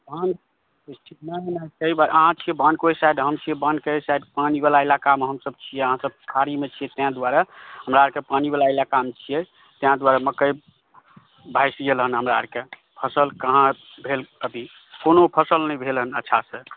नहि नहि सही बात अहाँ छी बान्धके ओहि साइड हम छी बान्धके एहि साइड पानीवला इलाकामे हमसभ छी किआ अहाँसभ सुखाड़ीमे छी तेँ दुआरे हमरा आरके पानीवला इलाकामे छियै तेँ दुआरे मकइ भँसि गेल हन हमरा आरके फसल कहाँ भेल अभी कोनो फसल नहि भेल हन अच्छा से